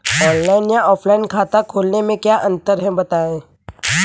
Online या offline खाता खोलने में क्या अंतर है बताएँ?